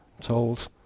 told